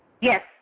Yes